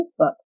Facebook